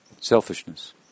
Selfishness